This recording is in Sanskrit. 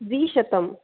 द्विशतम्